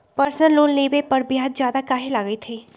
Personal loan लेबे पर ब्याज ज्यादा काहे लागईत है?